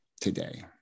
today